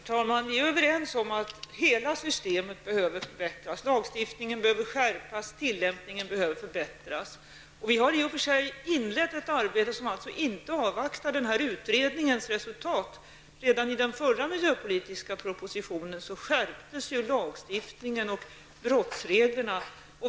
Herr talman! Vi är överens om att hela systemet behöver förbättras. Lagstiftningen behöver skärpas, och tillämpningen behöver förbättras. Vi har i och för sig inlett ett arbete som inte avvaktar den här utredningens resultat. Redan i den förra miljöpolitiska propositionen skärptes lagstiftningen och brottsreglerna.